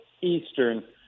Eastern